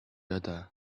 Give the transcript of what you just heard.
other